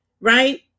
right